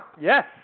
Yes